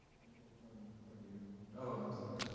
anything from from you? and oh i'm sorry,